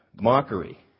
Mockery